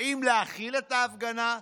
האם להכיל את ההפגנה?